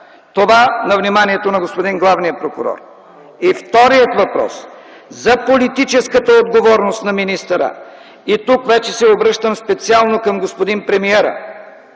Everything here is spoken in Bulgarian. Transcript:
Това – на вниманието на господин главния прокурор. Вторият въпрос – за политическата отговорност на министъра. Тук вече се обръщам специално към господин премиера.